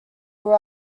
grew